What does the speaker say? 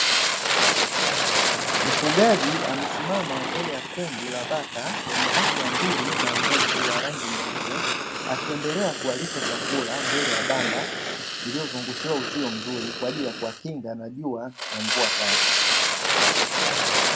Mfugaji amesimama mbele ya kundi la bata wenye afya nzuri na nguvu wa rangi nyeupe, akiendelea kuwalisha chakula mbele ya banda, iliyozungushiwa uzio mzuri kwa ajili ya kuwakinga na jua na mvua kali.